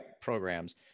programs